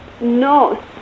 No